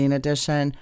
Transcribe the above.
edition